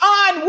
on